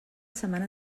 setmana